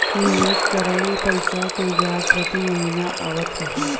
निवेश करल पैसा के ब्याज प्रति महीना आवत रही?